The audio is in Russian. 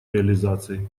реализации